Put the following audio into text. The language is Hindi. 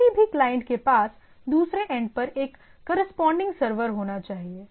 किसी भी क्लाइंट के पास दूसरे एंड पर एक करसपोर्न्डिंग सर्वर होना चाहिए